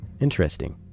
Interesting